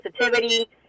sensitivity